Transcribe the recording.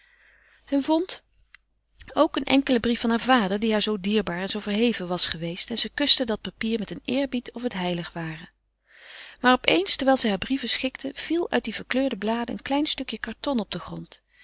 zij vond ook een enkelen brief van heur vader die haar zoo dierbaar en zoo verheven was geweest en ze kuste dat papier met een eerbied of het heilig ware maar op eens terwijl zij haar brieven schikte viel uit die verkleurde bladen een klein stukje karton op den grond